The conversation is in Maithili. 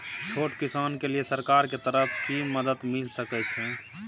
छोट किसान के लिए सरकार के तरफ कि मदद मिल सके छै?